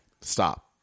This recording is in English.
Stop